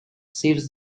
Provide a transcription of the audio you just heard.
saves